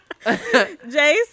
Jace